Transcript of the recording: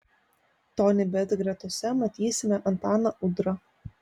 tonybet gretose matysime antaną udrą